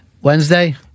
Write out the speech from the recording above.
Wednesday